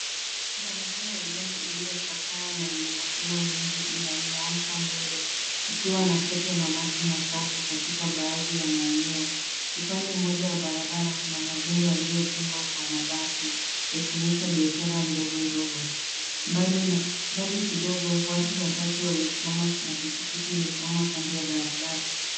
Barabara ya udongo iliyochakaa na yenye mashimo mengi inanyoosha mbele ikiwa na tope na maji machafu katika baadhi ya maeneo. Upande mmoja wa barabara kuna majengo yaliyojengwa kwa mabati yakionyesha biashara ndogo ndogo. Mbali kidogo watu watatu wamesimama na pikipiki imesimama kando ya barabara.